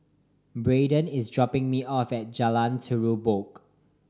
Braeden is dropping me off at Jalan Terubok